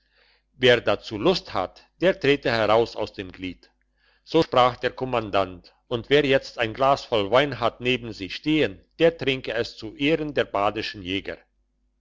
wer dazu lust hat der trete heraus aus dem glied so sprach der kommandant und wer jetzt ein glas voll wein hat neben sich stehen der trinke es aus zu ehren der badischen jäger